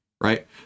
right